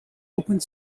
opened